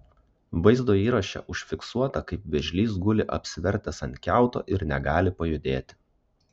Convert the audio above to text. vaizdo įraše užfiksuota kaip vėžlys guli apsivertęs ant kiauto ir negali pajudėti